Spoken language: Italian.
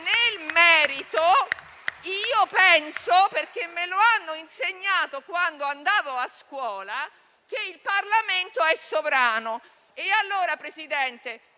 nel merito, penso - perché me lo hanno insegnato quando andavo a scuola - che il Parlamento sia sovrano. Signor Presidente,